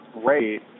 great